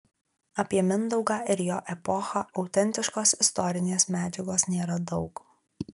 apie mindaugą ir jo epochą autentiškos istorinės medžiagos nėra daug